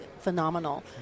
phenomenal